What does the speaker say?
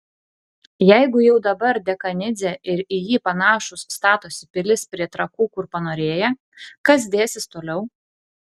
jeigu jau dabar dekanidzė ir į jį panašūs statosi pilis prie trakų kur panorėję kas dėsis toliau